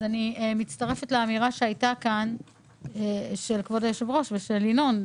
אז אני מצטרפת לאמירה שהייתה כאן של כבוד היושב-ראש ושל ינון,